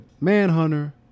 Manhunter